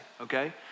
okay